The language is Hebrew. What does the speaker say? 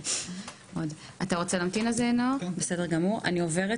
אני עוברת